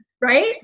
right